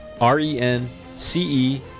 R-E-N-C-E